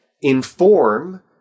inform